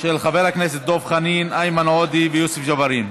של חבר הכנסת דב חנין, איימן עודה ויוסף ג'בארין.